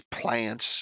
plants